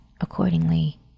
accordingly